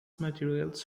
materials